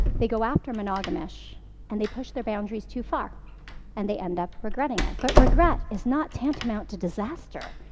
they go after monogamish and they push their boundaries too far and they end up regretting it, but regret is not tantamount to disaster.